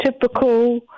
typical